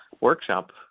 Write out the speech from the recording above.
workshop